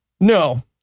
no